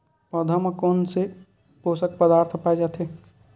पौधा मा कोन से पोषक पदार्थ पाए जाथे?